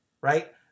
right